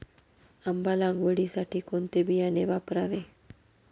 आंबा लागवडीसाठी कोणते बियाणे वापरावे?